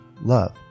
love